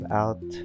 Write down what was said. out